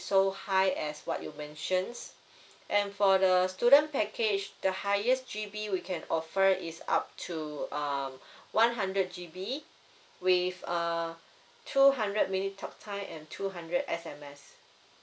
so high as what you mentions and for the student package the highest G_B we can offer is up to um one hundred G_B with uh two hundred minute talk time and two hundred S_M_S